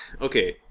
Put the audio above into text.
okay